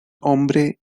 hombre